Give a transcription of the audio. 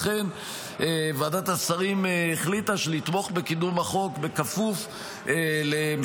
לכן ועדת השרים החליטה לתמוך בקידום החוק בכפוף להמשך